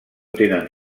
tenen